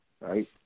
right